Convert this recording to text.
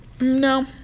No